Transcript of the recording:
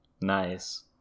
Nice